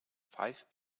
five